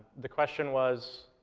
the question was